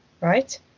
right